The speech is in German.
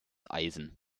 eisen